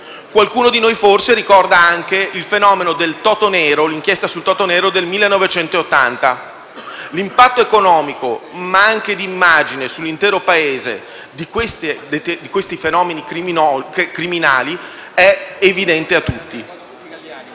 Qualcuno di noi forse ricorda anche il fenomeno del totonero e la relativa inchiesta del 1980. L'impatto economico, ma anche di immagine, sull'intero Paese di questi fenomeni criminali è evidente a tutti.